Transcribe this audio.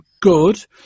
good